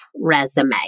resume